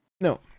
No